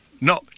No